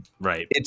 Right